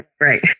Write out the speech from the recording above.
right